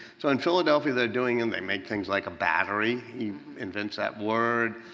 so in philadelphia they're doing them. they make things like a battery. he invents that word.